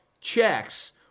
checks